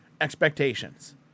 expectations